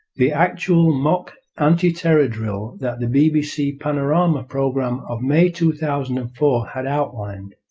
the actual mock anti-terror drill that the bbc panorama programme of may two thousand and four had outlined,